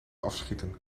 afschieten